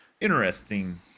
interesting